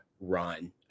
run